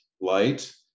light